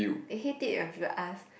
they hate it if you ask